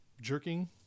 jerking